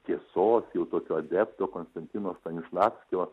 tiesos jau tokio adepto konstantino stanislavskio